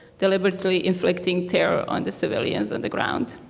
deliberately inflicting terror on the civilians on the ground.